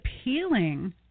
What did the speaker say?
appealing